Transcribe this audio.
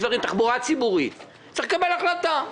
למשל תחבורה ציבורית צריך לקבל החלטה: